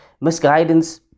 misguidance